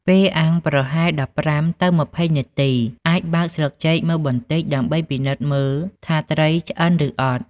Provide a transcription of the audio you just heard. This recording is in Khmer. ពេលអាំងប្រហែល ១៥ ទៅ ២០ នាទី អាចបើកស្លឹកចេកមើលបន្តិចដើម្បីពិនិត្យមើលថាត្រីឆ្អិនឬអត់។